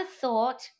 thought